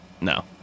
no